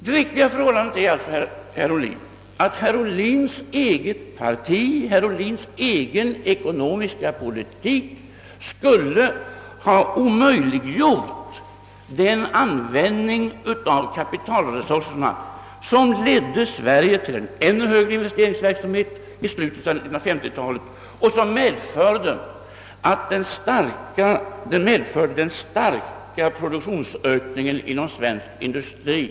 Det verkliga förhållandet är alltså, att herr Ohlins eget parti och herr Ohlins egen ekonomiska politik skulle ha omöjliggjort den användning av kapitalresurserna, som ledde till en ännu högre investeringsverksamhet i slutet av 1950 talet och som medförde den starka produktionsökningen inom svensk industri.